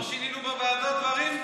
לא שינינו בוועדות דברים?